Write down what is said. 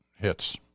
hits